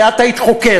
כי את היית חוקרת.